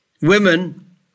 women